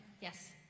yes